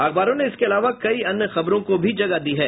अखबारों ने इसके अलावा कई अन्य खबरों को भी जगह दी है